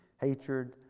hatred